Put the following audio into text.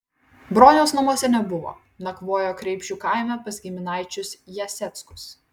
broniaus namuose nebuvo nakvojo kreipšių kaime pas giminaičius jaseckus